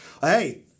Hey